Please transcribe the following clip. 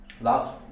last